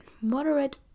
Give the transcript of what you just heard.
moderate